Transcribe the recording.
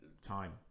Time